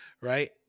right